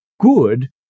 good